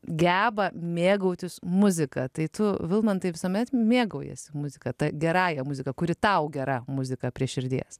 geba mėgautis muzika tai tu vilmantai visuomet mėgaujiesi muzika ta gerąja muzika kuri tau gera muzika prie širdies